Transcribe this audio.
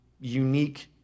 unique